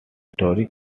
story